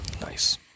Nice